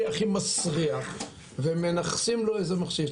הכי מסריח ומנחסים לו איזה מכשיר.